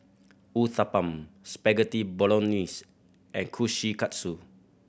Uthapam Spaghetti Bolognese and Kushikatsu